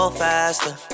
faster